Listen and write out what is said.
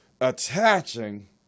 attaching